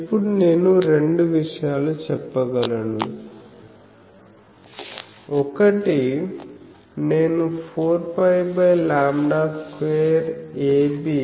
ఇప్పుడు నేను రెండు విషయాలు చెప్పగలను ఒకటి నేను 4πλ2Ab